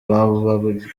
babarirwa